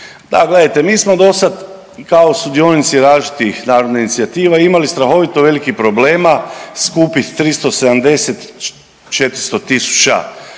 Da gledajte, mi smo do sad kao sudionici različitih narodnih inicijativa imali strahovito velikih problema skupiti 370, 400 000